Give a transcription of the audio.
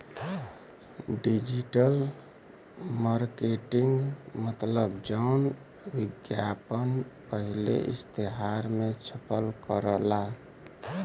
digital marketing मतलब जौन विज्ञापन पहिले इश्तेहार मे छपल करला